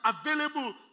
available